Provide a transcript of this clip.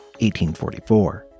1844